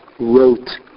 Wrote